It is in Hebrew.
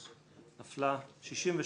6 נמנעים,